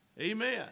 Amen